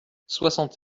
soixante